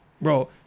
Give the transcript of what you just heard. Bro